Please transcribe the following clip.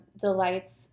delights